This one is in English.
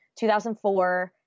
2004